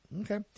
Okay